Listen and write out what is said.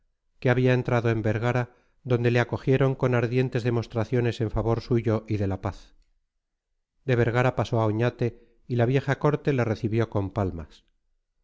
que había entrado en vergara donde te acogieron con ardientes demostraciones en favor suyo y de la paz de vergara pasó a oñate y la vieja corte le recibió con palmas